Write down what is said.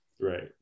Right